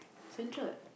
central